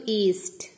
east